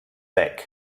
weg